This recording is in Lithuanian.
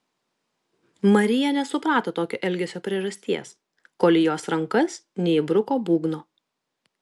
marija nesuprato tokio elgesio priežasties kol į jos rankas neįbruko būgno